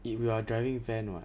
if we are driving van [what]